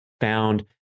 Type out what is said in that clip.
found